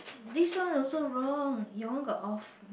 this one also wrong your one got off